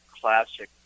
classic